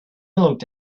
looked